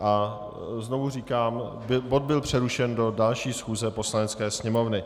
A znovu říkám, bod byl přerušen do další schůze Poslanecké sněmovny.